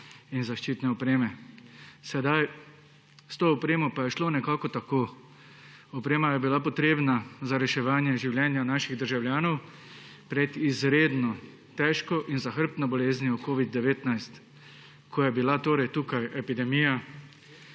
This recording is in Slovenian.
in zaščitne opreme. S to opremo pa je šlo nekako tako. Oprema je bila potrebna za reševanje življenja naših državljanov pred izredno težko in zahrbtno boleznijo covid-19, ko je bila torej tukaj epidemija.